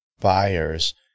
buyers